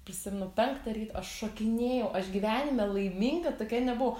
prisimenu penktą ryto aš šokinėjau aš gyvenime laiminga tokia nebuvau